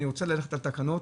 אני רוצה ללכת על תקנות,